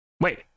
Wait